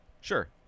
Sure